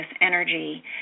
energy